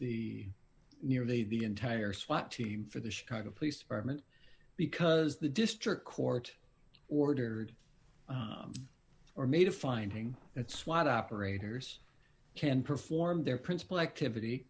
the nearly the entire swat team for the chicago police department because the district court ordered or made a finding that swat operators can perform their principal activity